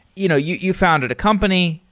you know you you founded a company.